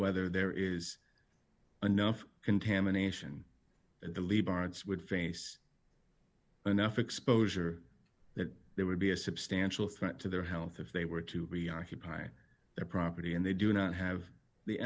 whether there is enough contamination and the leibowitz would face enough exposure that there would be a substantial threat to their health if they were to be occupying their property and they do not have the